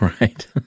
right